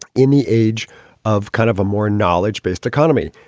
in the age of kind of a more knowledge based economy.